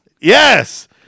Yes